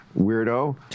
weirdo